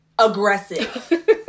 Aggressive